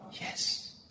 Yes